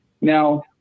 Now